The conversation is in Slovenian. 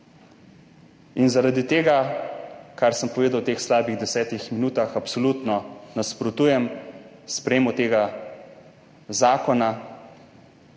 Zaradi tega, kar sem povedal v teh slabih 10 minutah, absolutno nasprotujem sprejetju tega zakona,